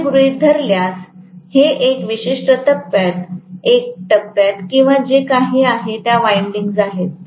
मी असे गृहीत धरत असल्यास की हे विशिष्ट टप्प्यात एक टप्प्यात किंवा जे काही आहे त्या विंडिंग्ज आहेत